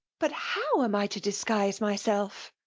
but how am i to disguise myself?